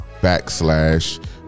Backslash